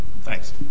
Thanks